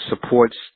supports